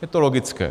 Je to logické.